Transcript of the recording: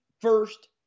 first